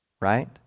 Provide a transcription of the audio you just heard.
right